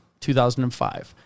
2005